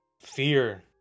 fear